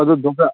ꯑꯗꯣ ꯗꯣꯛꯇꯔ